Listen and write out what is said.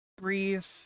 breathe